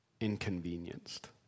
inconvenienced